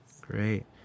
Great